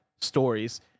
stories